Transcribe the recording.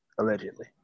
allegedly